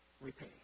repay